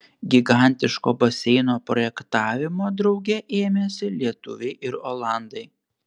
gigantiško baseino projektavimo drauge ėmėsi lietuviai ir olandai